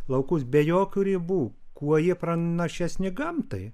laukus be jokių ribų kuo jie pranašesni gamtai